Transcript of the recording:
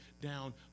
down